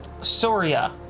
Soria